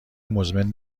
مزمن